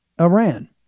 Iran